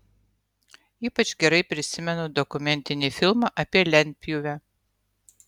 ypač gerai prisimenu dokumentinį filmą apie lentpjūvę